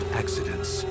accidents